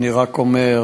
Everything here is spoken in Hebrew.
אני רק אומר,